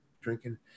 drinking